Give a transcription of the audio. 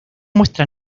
muestra